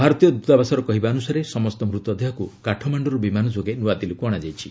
ଭାରତୀୟ ଦୃତାବାସର କହିବା ଅନୁସାରେ ସମସ୍ତ ମୃତ ଦେହକୁ କାଠମାଣ୍ଟୁରୁ ବିମାନ ଯୋଗେ ନୂଆଦିଲ୍ଲୀକୁ ଆଶାଯାଇଛି